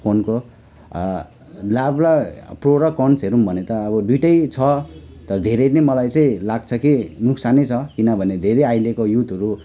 फोनको लाभ र प्रो र कन्स हेर्यौँ भने त अब दुइवटै छ तर धेरै नै मलाई चाहिँ लाग्छ कि नोक्सानै छ किनभने धेरै अहिलेको युथहरू